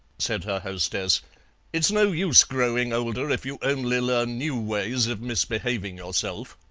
said her hostess it's no use growing older if you only learn new ways of misbehaving yourself.